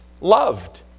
loved